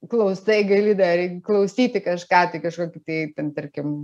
klausai gali dar klausyti kažką tai kažkokį tai ten tarkim